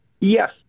Yes